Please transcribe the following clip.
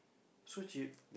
so cheap